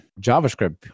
JavaScript